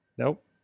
Nope